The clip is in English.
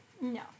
No